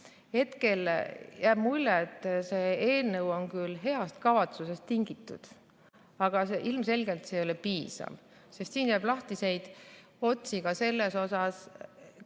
Hetkel jääb mulje, et see eelnõu on küll heast kavatsusest tingitud, aga ilmselgelt see ei ole piisav, sest siin jääb lahtiseid otsi ka selles osas,